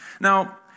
now